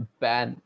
ban